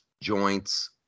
joints